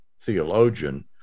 theologian